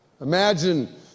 Imagine